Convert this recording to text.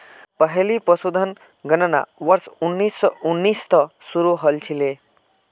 पहली पशुधन गणना वर्ष उन्नीस सौ उन्नीस त शुरू हल छिले